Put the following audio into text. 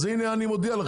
אז הנה אני מודיע לכם,